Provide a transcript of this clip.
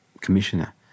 commissioner